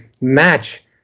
match